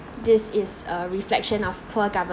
this is a reflection of poor